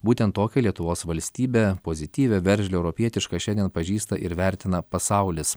būtent tokią lietuvos valstybę pozityvią veržlią europietišką šiandien pažįsta ir vertina pasaulis